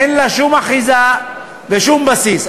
אין לה שום אחיזה ושום בסיס.